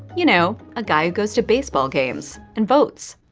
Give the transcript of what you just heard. you know a guy who goes to baseball games, and votes.